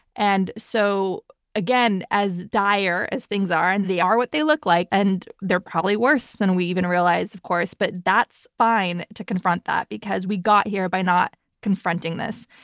and so again, as dire as things are, and they are what they look like, and they're probably worse than we even realized, of course, but that's fine to confront that because we got here by not confronting this.